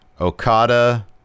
Okada